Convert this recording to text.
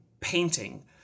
painting